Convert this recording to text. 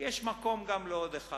יש מקום לעוד אחד.